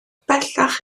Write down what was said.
bellach